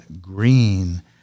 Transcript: green